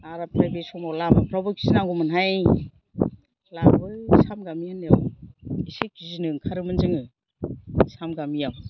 आरो ओमफ्राय बे समाव लामाफ्रावबो गिनांगौमोनहाय लामा बै सामगामि होननायाव एसे गिनो ओंखारोमोन जोङो सामगामियाव